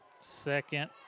Second